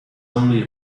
only